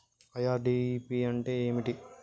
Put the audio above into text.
IRDP అంటే ఏమిటి?